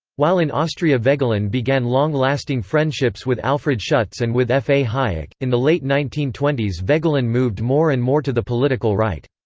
while in austria voegelin began long-lasting friendships with alfred schutz and with f. a. hayek in the late nineteen twenty s voegelin moved more and more to the political right.